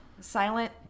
Silent